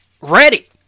ready